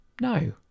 No